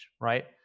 right